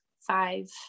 five